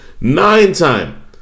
Nine-time